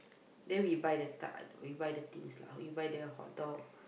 then we buy the tub we buy the things lah we buy the hot dog